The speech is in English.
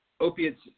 opiates